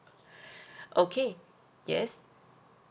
okay yes